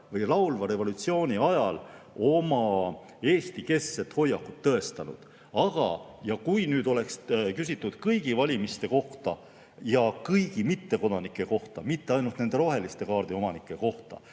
või laulva revolutsiooni ajal oma Eesti‑keskset hoiakut tõestanud. Aga kui oleks küsitud kõigi valimiste kohta ja kõigi mittekodanike kohta, mitte ainult rohelise kaardi omanike kohta,